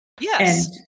Yes